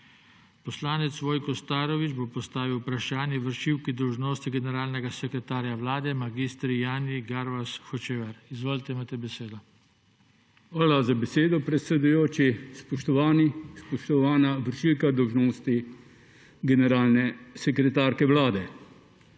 Poslanec Vojko Starović bo postavil vprašanje vršilki dolžnosti generalnega sekretarja Vlade mag. Janji Garvas Hočevar. Izvolite, imate besedo. **VOJKO STAROVIĆ (PS SAB):** Hvala za besedo, predsedujoči. Spoštovani, spoštovana vršilka dolžnosti generalne sekretarke Vlade!